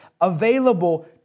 available